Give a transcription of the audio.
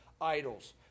idols